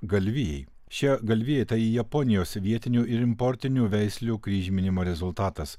galvijai šie galvijai tai japonijos vietinių ir importinių veislių kryžminimo rezultatas